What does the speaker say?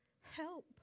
help